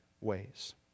ways